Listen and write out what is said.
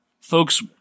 folks